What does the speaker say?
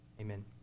amen